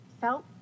felt